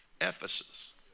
Ephesus